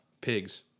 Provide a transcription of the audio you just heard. Pigs